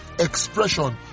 expression